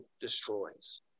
destroys